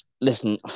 listen